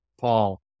Paul